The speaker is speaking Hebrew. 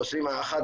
2021,